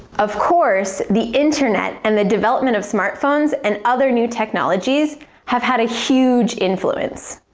of course, the internet and the development of smartphones and other new technologies have had a huge influence.